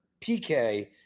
PK